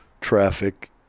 traffic